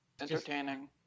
entertaining